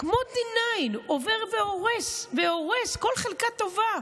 כמו D9, עובר והורס והורס כל חלקה טובה.